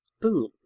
Boom